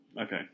Okay